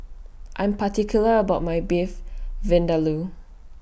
I'm particular about My Beef Vindaloo